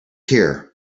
here